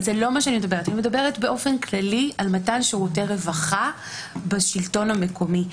אני מדברת באופן כללי על מתן שירותי רווחה בשלטון המקומי.